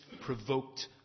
provoked